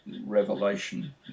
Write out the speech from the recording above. revelation